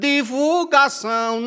Divulgação